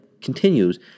continues